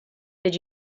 did